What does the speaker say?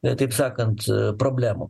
na taip sakant problemų